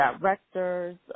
directors